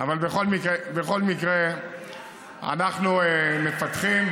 אבל בכל מקרה אנחנו מפתחים,